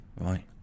Right